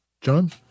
John